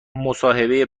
مصاحبه